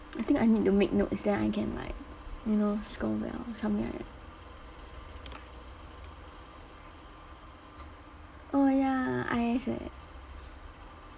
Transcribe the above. I think I need to make notes then I can like you know score well something like that oh ya I_S eh